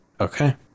Okay